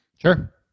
sure